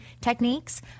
techniques